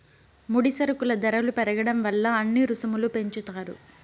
ముడి సరుకుల ధరలు పెరగడం వల్ల అన్ని రుసుములు పెంచుతారు